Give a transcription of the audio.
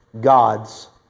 God's